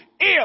ill